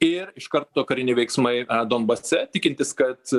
ir iš karto kariniai veiksmai donbase tikintis kad